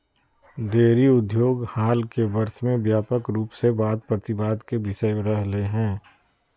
dairy उद्योग हाल के वर्ष में व्यापक रूप से वाद प्रतिवाद के विषय रहलय हें